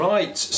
Right